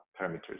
parameters